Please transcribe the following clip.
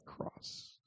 cross